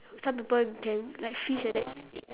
some people can like fish like that